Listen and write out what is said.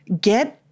get